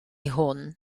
hwn